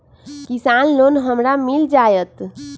किसान लोन हमरा मिल जायत?